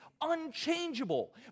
unchangeable